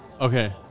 Okay